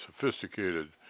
sophisticated